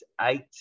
eight